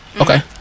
Okay